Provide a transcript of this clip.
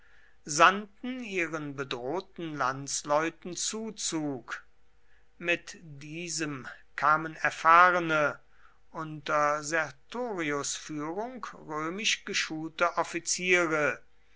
sandten ihren bedrohten landsleuten zuzug mit diesem kamen erfahrene unter sertorius führung römisch geschulte offiziere